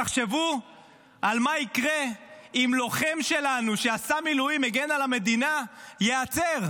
תחשבו מה יקרה אם לוחם שלנו שעשה מילואים והגן על המדינה ייעצר.